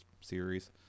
series